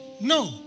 no